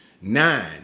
Nine